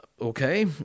Okay